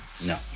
No